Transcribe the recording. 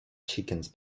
chickens